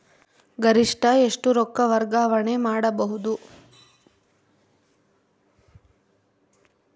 ಗರಿಷ್ಠ ಎಷ್ಟು ರೊಕ್ಕ ವರ್ಗಾವಣೆ ಮಾಡಬಹುದು?